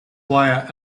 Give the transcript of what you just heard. via